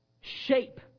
shape